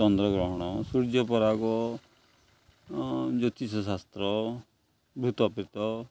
ଚନ୍ଦ୍ରଗ୍ରହଣ ସୂର୍ଯ୍ୟ ପରାଗ ଜ୍ୟୋତିଷଶାସ୍ତ୍ର ଭୂତପ୍ରେତ